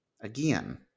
again